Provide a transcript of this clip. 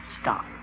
stop